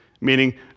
Meaning